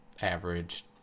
average